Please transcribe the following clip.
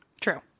True